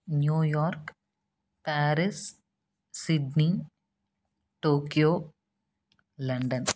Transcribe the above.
New York Paris Sydney Tokyo London